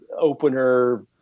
opener